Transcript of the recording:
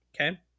Okay